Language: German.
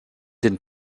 den